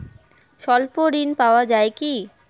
স্বল্প ঋণ পাওয়া য়ায় কি?